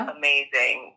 amazing